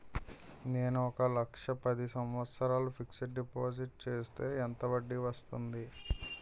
నేను ఒక లక్ష పది సంవత్సారాలు ఫిక్సడ్ డిపాజిట్ చేస్తే ఎంత వడ్డీ వస్తుంది?